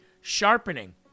sharpening